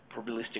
probabilistic